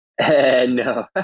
No